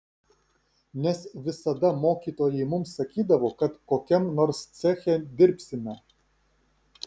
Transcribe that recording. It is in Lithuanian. nes visada mokytojai mums sakydavo kad kokiam nors ceche dirbsime